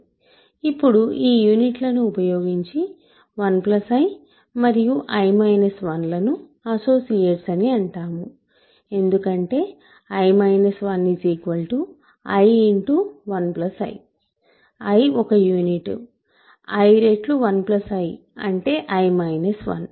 ఇప్పుడు ఈ యూనిట్లను ఉపయోగించి 1 i మరియు i 1 లను అసోసియేట్స్ అని అంటాము ఎందుకంటే i 1 i 1 i i ఒక యూనిట్ i రెట్లు 1i అంటే i 1